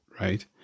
right